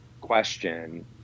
question